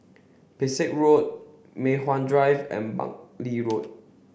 Pesek Road Mei Hwan Drive and Buckley Road